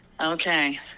Okay